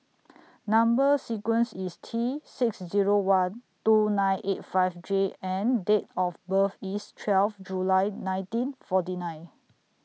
Number sequence IS T six Zero one two nine eight five J and Date of birth IS twelve July nineteen forty nine